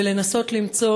ולנסות למצוא